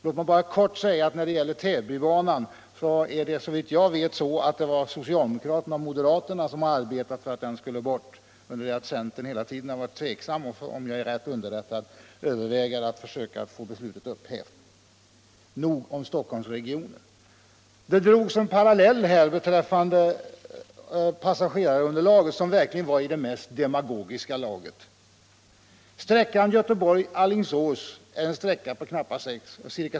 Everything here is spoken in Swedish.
Låt mig bara kort säga att när det gäller Täbybanan är det, såvitt jag vet, socialdemokraterna och moderaterna som arbetat på att den skulle bort, under det att centern hela tiden varit tveksam och, om jag är riktigt underrättad, försöker att få beslutet upphävt. Nog om Stockholmsregionen. Det drogs en parallell här beträffande passagerarunderlaget som verkligen är i det mest demagogiska laget. Sträckan Göteborg-Alingsås har en längd av ca 5 mil.